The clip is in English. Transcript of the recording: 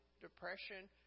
depression